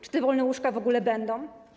Czy te wolne łóżka w ogóle będą?